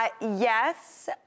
Yes